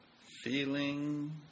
feeling